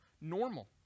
normal